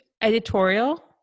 editorial